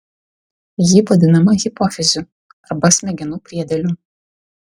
ji vadinama hipofiziu arba smegenų priedėliu